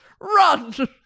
run